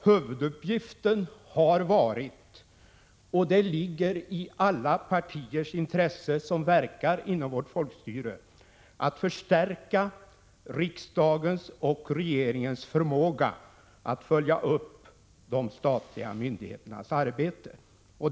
Huvuduppgiften har varit — och det ligger i alla partiers intresse som verkar inom vårt folkstyre — att förstärka riksdagens och regeringens förmåga att följa upp de statliga myndigheternas arbete.